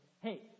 hey